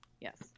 yes